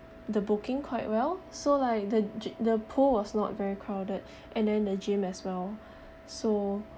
the booking quite well so like the the pool was not very crowded and then the gym as well so